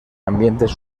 ambientes